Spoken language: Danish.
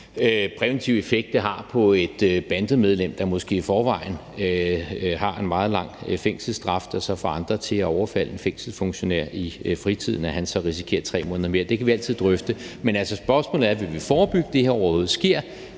præventiv effekt det har på et bandemedlem, der måske i forvejen har en meget lang fængselsstraf og i den forbindelse får andre til at overfalde en fængselsfunktionær i dennes fritid, at han risikerer 3 måneder mere. Det kan vi altid drøfte. Men spørgsmålet er: Vil vi forebygge, at det her overhovedet